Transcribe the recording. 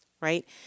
right